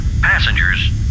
Passengers